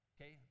Okay